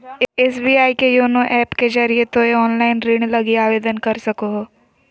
SBI के YONO app के जरिए तोय ऑनलाइन ऋण लगी आवेदन कर सको हो